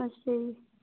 ਅੱਛਾ ਜੀ